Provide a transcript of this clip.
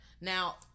Now